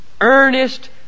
earnest